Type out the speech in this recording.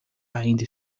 ainda